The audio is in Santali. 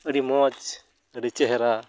ᱟᱹᱰᱤ ᱢᱚᱡᱽ ᱟᱹᱰᱤ ᱪᱮᱦᱨᱟ